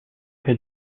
che